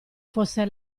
fosse